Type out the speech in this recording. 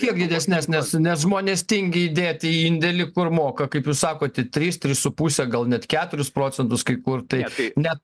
kiek didesnes nes nes žmonės tingi įdėti indėlį kur moka kaip jūs sakote tris tris su puse gal net keturis procentus kai kur tai net